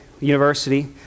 university